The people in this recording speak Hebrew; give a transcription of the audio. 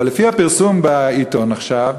אבל לפי הפרסום בעיתון עכשיו,